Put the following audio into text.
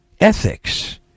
ethics